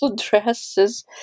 dresses